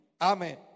Amen